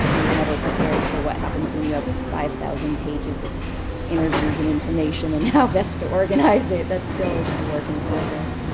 we were never prepared for what happens when you have five thousand pages of interviews and information and how best to organize it. that's still a work in progress.